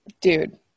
dude